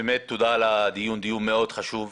תודה על הדיון החשוב.